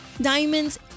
Diamond's